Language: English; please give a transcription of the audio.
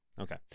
okay